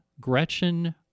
Gretchen